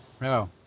No